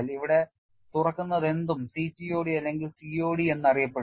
ഇവിടെ തുറക്കുന്നതെന്തും CTOD അല്ലെങ്കിൽ COD എന്നറിയപ്പെടുന്നു